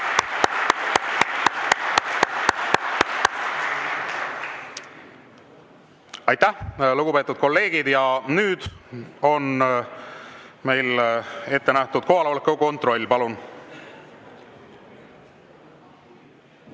Aitäh! Lugupeetud kolleegid, nüüd on meil ette nähtud kohaloleku kontroll. Palun!